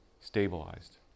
stabilized